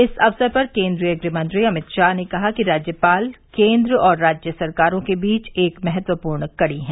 इस अवसर पर केद्रीय गृह मंत्री अमित शाह ने कहा कि राज्यपाल केन्द्र और राज्य सरकारों के बीच एक महत्वपूर्ण कड़ी हैं